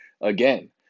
Again